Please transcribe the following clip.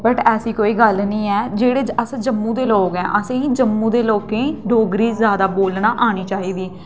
ऐसी कोई गल्ल निं ऐ जेह्ड़े अस जम्मू दे लोक ऐ असें ई जम्मू दे लोकें ई डोगरी जैदा बोलनी औनी चाहिदी